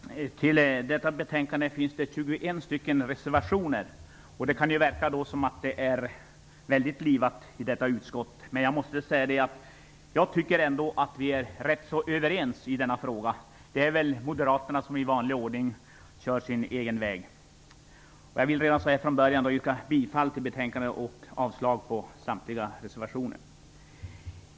Herr talman! Till detta betänkande finns 21 reservationer, och det kan då verka som att det är väldigt livat i detta utskott. Men jag måste säga att jag ändå tycker att vi är rätt överens i denna fråga. Det är Moderaterna som i vanlig ordning kör sin egen väg. Jag vill redan från början yrka bifall till utskottets hemställan och avslag på samtliga reservationer.